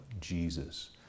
Jesus